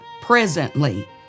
presently